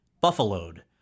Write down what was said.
Buffaloed